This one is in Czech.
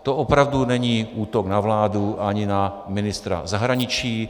To opravdu není útok na vládu ani na ministra zahraničí.